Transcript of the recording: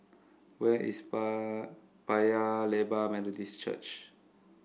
where is Paya Lebar Methodist Church